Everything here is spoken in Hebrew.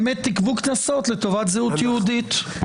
באמת תגבו קנסות לטובת זהות יהודית.